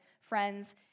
friends